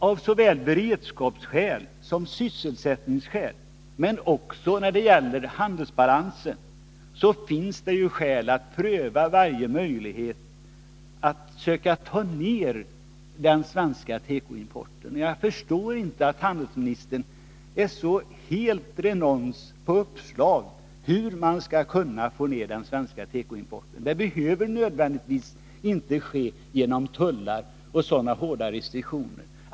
Av såväl beredskapsskäl som sysselsättningsskäl och även med hänsyn till handelsbalansen finns det anledning att pröva varje möjlighet att minska den svenska tekoimporten. Jag förstår inte att handelsministern är så helt renons på uppslag när det gäller att få ned den svenska tekoimporten. Det behöver inte nödvändigtvis ske genom tullar och sådana hårda restriktioner.